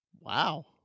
Wow